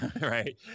right